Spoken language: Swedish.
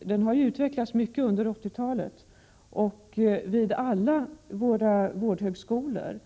Den har utvecklats mycket under 80-talet. Vid alla våra vårdhögskolor